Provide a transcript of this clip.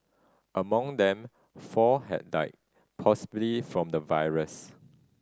among them four have died possibly from the virus